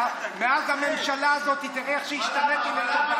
מאז הממשלה הזאת תראה איך השתניתי לטובה.